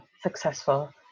successful